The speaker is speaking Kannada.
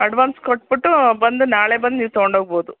ಅಡ್ವಾನ್ಸ್ ಕೊಟ್ಬಿಟ್ಟು ಬಂದು ನಾಳೆ ಬಂದು ನೀವು ತೊಗೊಂಡೋಗ್ಬೋದು